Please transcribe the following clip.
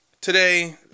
today